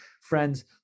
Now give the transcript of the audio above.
Friends